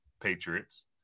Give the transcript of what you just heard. Patriots